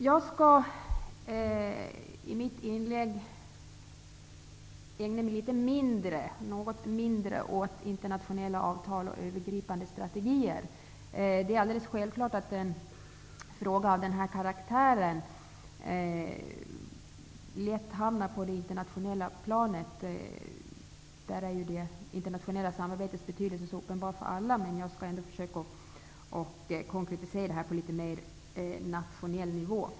Jag skall i mitt anförande ägna mig något mindre åt internationella avtal och övergripande strategier. Det är alldeles självklart att en fråga av den här karaktären lätt hamnar på det internationella planet. Det internationella samarbetets betydelse är uppenbar för alla, men jag skall ändå försöka att konkretisera diskussionen till en mer nationell nivå.